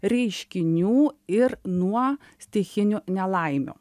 reiškinių ir nuo stichinių nelaimių